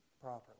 properly